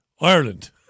Ireland